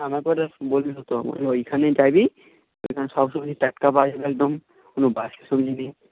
আমাকেও এটা ওইখানে যাবি ওইখানে সবসময় টাটকা পাওয়া যাবে একদম কোনো বাসি সবজি নেই